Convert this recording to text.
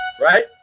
right